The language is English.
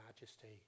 majesty